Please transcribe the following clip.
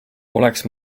oleks